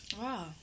Wow